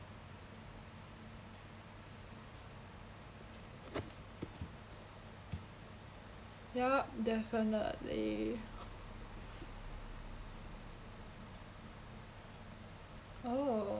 yup definitely oh